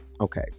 okay